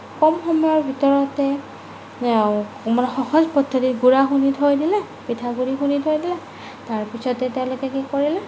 কম সময়ৰ ভিতৰতে মানে সহজ পদ্ধতিত গুড়া খুন্দি থৈ দিলে পিঠাগুড়ি খুন্দি থৈ দিলে তাৰপিছতে তেওঁলোকে কি কৰিলে